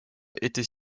était